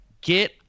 Get